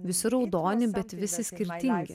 visi raudoni bet visi skirtingi